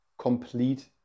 complete